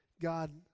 God